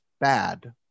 bad